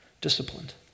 disciplined